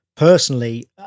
personally